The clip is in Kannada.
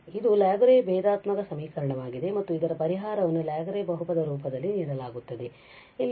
ಆದ್ದರಿಂದ ಇದು ಲ್ಯಾಗುರೆ ಭೇದಾತ್ಮಕ ಸಮೀಕರಣವಾಗಿದೆ ಮತ್ತು ಇದರ ಪರಿಹಾರವನ್ನು ಲ್ಯಾಗುರೆ ಬಹುಪದದ ರೂಪದಲ್ಲಿ ನೀಡಲಾಗುತ್ತದೆ